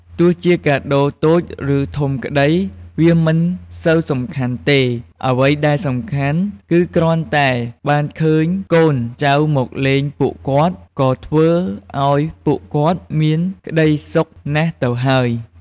ទោះជាកាដូរតូចឬធំក្តីវាមិនសូវសំខាន់ទេ អ្វីដែលសំខាន់គឺគ្រាន់តែបានឃើញកូនចៅមកលេងពួកគាត់ ក៏ធ្វើឲ្យពួកគាត់មានក្តីសុខណាស់ទៅហើយ។